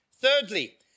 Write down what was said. thirdly